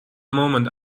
moment